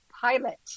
pilot